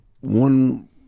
one